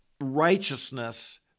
righteousness